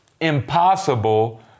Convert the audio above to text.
impossible